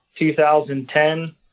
2010